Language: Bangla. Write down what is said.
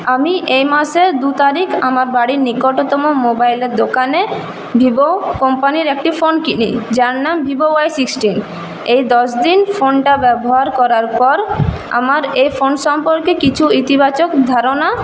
আমি এ মাসের দু তারিখ আমার বাড়ির নিকটতম মোবাইলের দোকানে ভিভো কোম্পানির একটি ফোন কিনি যার নাম ভিভো ওয়াই সিক্সটিন এই দশদিন ফোনটা ব্যবহার করার পর আমার এই ফোন সম্পর্কে কিছু ইতিবাচক ধারণা